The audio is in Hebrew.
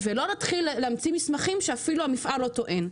ולא להתחיל להמציא מסמכים שאפילו המפעל לא טוען.